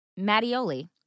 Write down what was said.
Mattioli